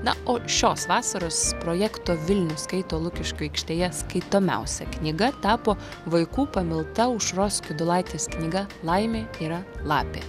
na o šios vasaros projekto vilnius skaito lukiškių aikštėje skaitomiausia knyga tapo vaikų pamilta aušros kiudulaitės knyga laimė yra lapė